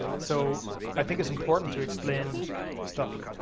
so i think it's important to explain stuff.